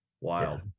wild